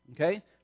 Okay